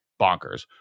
bonkers